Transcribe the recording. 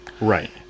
Right